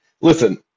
listen